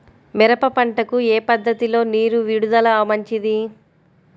మిరప పంటకు ఏ పద్ధతిలో నీరు విడుదల మంచిది?